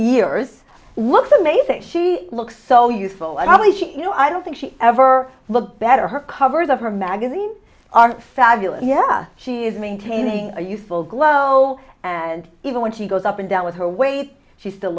years looks amazing she looks so useful and always you know i don't think she ever looked better her covers of her magazine are fabulous yes she is maintaining a youthful glow and even when she goes up and down with her weight she still